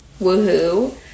woohoo